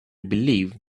believe